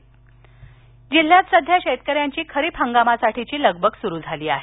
खरीप पेरणी जिल्ह्यात सध्या शेतकऱ्यांची खरीप हंगामासाठीची लगबग सुरु झाली आहे